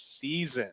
season